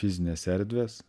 fizinės erdvės